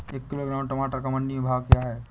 एक किलोग्राम टमाटर का मंडी में भाव क्या है?